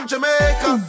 Jamaica